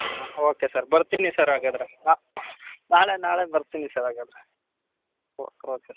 ಹಾಂ okay sir ಬರ್ತೀನಿ sir ಹಾಗಾದರೆ ನಾಳೆ ನಾಳೆ ಬರ್ತೀನಿ ಸರ್ ಹಾಗಾದರೆ ಒ ಓಕೆ